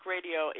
Radio